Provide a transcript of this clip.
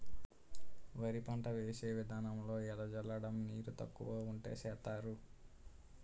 వరి పంట వేసే విదానంలో ఎద జల్లడం నీరు తక్కువ వుంటే సేస్తరు